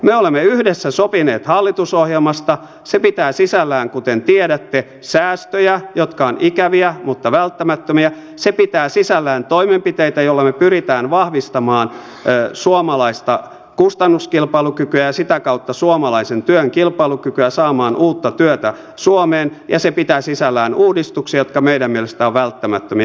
me olemme yhdessä sopineet hallitusohjelmasta se pitää sisällään kuten tiedätte säästöjä jotka ovat ikäviä mutta välttämättömiä se pitää sisällään toimenpiteitä joilla me pyrimme vahvistamaan suomalaista kustannuskilpailukykyä ja sitä kautta suomalaisen työn kilpailukykyä ja saamaan uutta työtä suomeen ja se pitää sisällään uudistuksia jotka meidän mielestämme ovat välttämättömiä